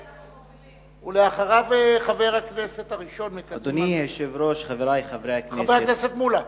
אחריו, חבר הכנסת הראשון מקדימה, חבר הכנסת מולה.